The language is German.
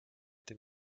den